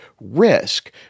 RISK